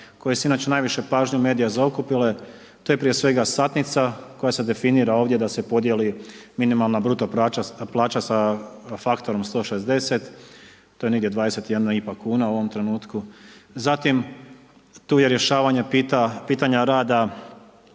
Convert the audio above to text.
koja su inače najveću pažnju medija zaokupile, to je prije svega satnica, koja se definira ovdje, da se podijeli, minimalna bruto plaća sa faktorom 160 to je negdje 21,5 kn u ovom trenutku. Zatim tu je rješavanje pitanje rada